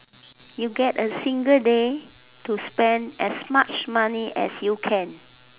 you get a single day to spend as much money as you can